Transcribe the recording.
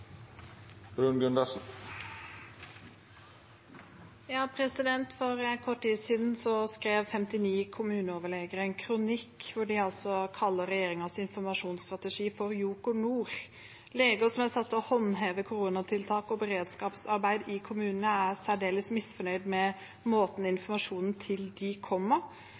For kort tid siden skrev 59 kommuneoverleger en kronikk hvor de altså kaller regjeringens informasjonsstrategi for Joker Nord. Leger som er satt til å håndheve koronatiltak og beredskapsarbeid i kommunene, er særdeles misfornøyde med måten informasjonen til dem kommer